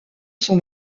son